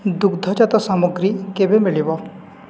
ଦୁଗ୍ଧଜାତ ସାମଗ୍ରୀ କେବେ ମିଳିବ